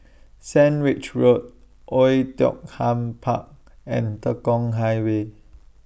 Sandwich Road Oei Tiong Ham Park and Tekong Highway